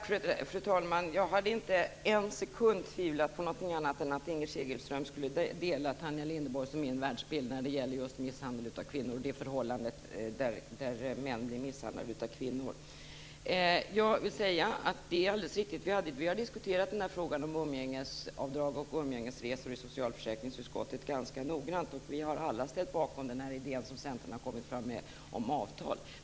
Fru talman! Jag tvivlade inte en sekund på att Inger Segelström skulle dela Tanja Linderborgs och min världsbild när det gäller just misshandel av kvinnor och de förhållanden där män blir misshandlade av kvinnor. Jag vill säga att det är alldeles riktigt att vi har diskuterat den här frågan om umgängesavdrag och umgängesresor ganska noggrant i socialförsäkringsutskottet. Vi har alla ställt oss bakom den idé om avtal som Centern har kommit fram med.